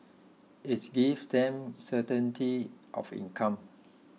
it gives them certainty of income